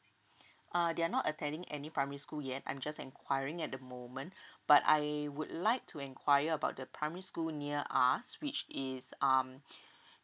uh they're not attending any primary school yet I'm just enquiring at the moment but I would like to enquire about the primary school near us which is um